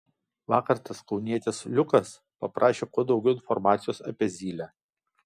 vakar tas kaunietis liukas paprašė kuo daugiau informacijos apie zylę